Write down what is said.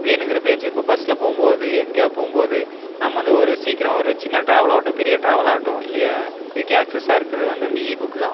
வேணும்ங்கிற page இப்போ பஸ்ஸில் போகும்போது எங்கேயா போகும்போது நம்ம வந்து ஒரு சீக்கிரம் ஒரு சின்ன ட்ராவெல்லாவட்டும் இல்லை பெரிய ட்ராவெல்லாவட்டும் குயிக் ஆக்செஸ்ஸாக இருக்கிறது வந்து இந்த ஈ புக் தான்